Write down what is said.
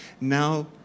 Now